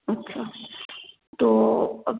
अच्छा तो